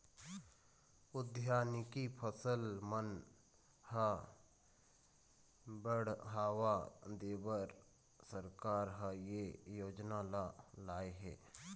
उद्यानिकी फसल मन ह बड़हावा देबर सरकार ह ए योजना ल लाए हे